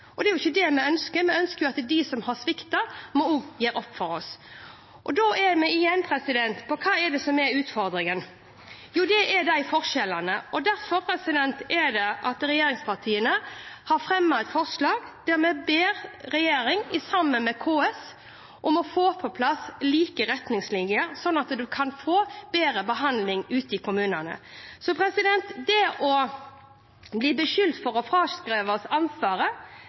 Da er vi igjen på hva som er utfordringen. Jo, det er forskjellene. Derfor har regjeringspartiene fremmet et forslag der vi ber regjeringen sammen med KS om å få på plass like retningslinjer, sånn at man kan få bedre behandling ute i kommunene. Det å bli beskyldt for å fraskrive seg ansvaret